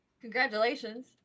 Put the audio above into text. Congratulations